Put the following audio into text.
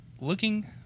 looking